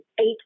eight